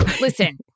Listen